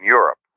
Europe